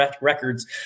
records